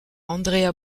andrea